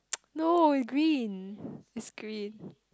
no green it's green